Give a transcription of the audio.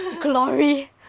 Glory